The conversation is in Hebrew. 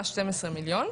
עד 12 מיליון.